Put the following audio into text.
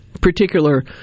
particular